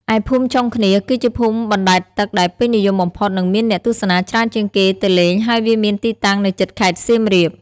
ឯភូមិចុងឃ្នៀស គឺជាភូមិបណ្តែតទឹកដែលពេញនិយមបំផុត និងមានអ្នកទស្សនាច្រើនជាងគេទៅលេង ហើយវាមានទីតាំងនៅជិតខេត្តសៀមរាប។